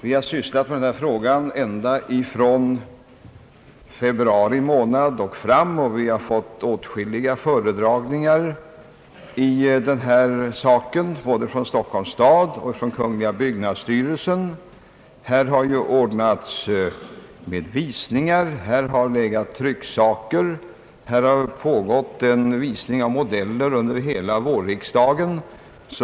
Vi har sysslat med denna fråga alltsedan februari månad och haft åtskilliga föredragningar både från Stockholms stad och från kungl. byggnadsstyrelsen. Här har ordnats visningar, här har legat trycksaker, en visning av modeller har pågått under hela vårriksdagen.